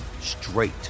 straight